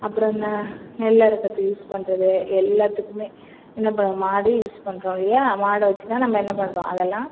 அப்புறம் என்ன நெல் அறுக்கறதுக்கு யூஸ் பண்ணுறது எல்லாத்துக்குமே என்ன பண்றோம் மாடு யூஸ் பண்றோம் இல்லையா மாடு வச்சுதான் நம்ம என்ன பண்ணுறோம் அதை எல்லாம்